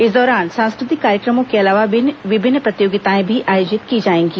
इस दौरान सांस्कृ तिक कार्यक्रमों के अलावा विभिन्न प्रतियोगिताएं आयोजित की जाएंगी